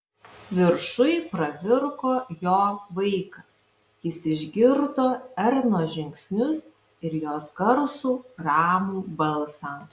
viršuj pravirko jo vaikas jis išgirdo ernos žingsnius ir jos garsų ramų balsą